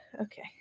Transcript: Okay